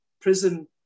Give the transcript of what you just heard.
prison